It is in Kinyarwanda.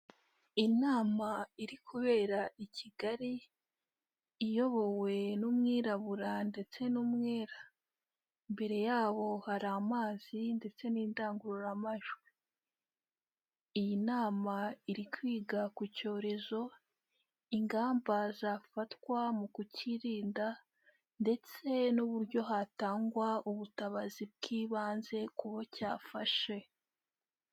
Inama iri kubera i Kigali, iyobowe n'umwirabura ndetse n'umwera, imbere yabo hari amazi ndetse n'indangururamajwi, iyi nama iri kwiga ku cyorezo, ingamba zafatwa mu kucyirinda ndetse n'uburyo hatangwa ubutabazi bw'ibanze ku bo cyafashe.